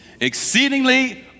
Exceedingly